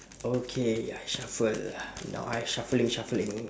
okay I shuffle now I shuffling shuffling